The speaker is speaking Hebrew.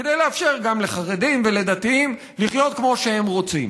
כדי לאפשר גם לחרדים וגם לדתיים לחיות כמו שהם רוצים.